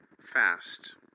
fast